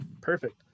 perfect